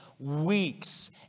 weeks